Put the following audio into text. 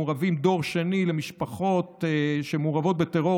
מעורבים דור שני למשפחות שמעורבות בטרור